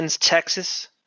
Texas